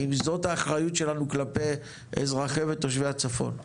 האם זאת האחריות שלנו כלפי אזרחי ותושבי הצפון?